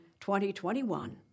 2021